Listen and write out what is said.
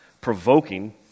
provoking